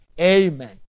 Amen